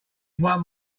one